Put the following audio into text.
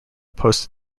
posted